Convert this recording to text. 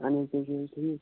اَہن حظ تُہۍ چھِو ٹھیٖک